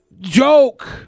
joke